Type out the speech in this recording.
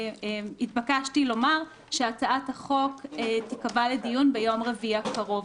התבקשתי לומר שהצעת החוק תיקבע לדיון ביום רביעי הקרוב,